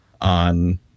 on